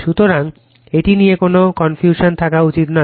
সুতরাং এটা নিয়ে কোনো কনফিউশন থাকা উচিত নয়